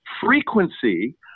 frequency